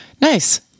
Nice